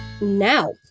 Now